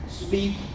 Speak